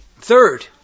Third